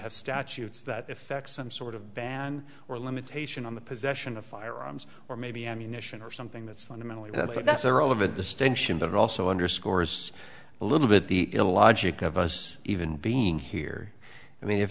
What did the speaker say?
have statutes that effect some sort of ban or limitation on the possession of firearms or maybe ammunition or something that's fundamentally that's the role of a distinction but it also underscores a little bit the illogic of us even being here i mean if